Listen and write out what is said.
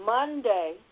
Monday